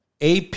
AP